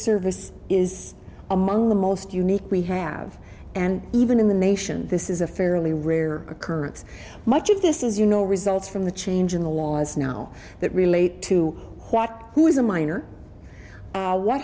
service is among the most unique we have and even in the nation this is a fairly rare occurrence much of this is you know results from the change in the laws now that relate to what who is a minor what